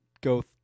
go –